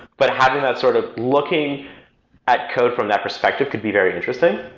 but having that sort of looking at code from that perspective could be very interesting.